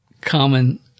common